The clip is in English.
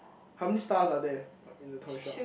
how many stars are there uh in the toy shop